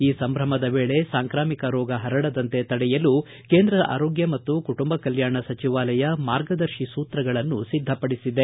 ಈ ಸಂಭ್ರಮದ ವೇಳೆ ಸಾಂಕ್ರಾಮಿಕ ರೋಗ ಪರಡದಂತೆ ತಡೆಯಲು ಕೇಂದ್ರ ಆರೋಗ್ಯ ಮತ್ತು ಕುಟುಂಬ ಕಲ್ಲಾಣ ಸಚಿವಾಲಯ ಮಾರ್ಗದರ್ತಿ ಸೂತ್ರಗಳನ್ನು ಸಿದ್ದಪಡಿಸಿದೆ